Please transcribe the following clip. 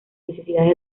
necesidades